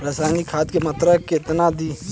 रसायनिक खाद के मात्रा केतना दी?